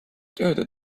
tööde